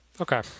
Okay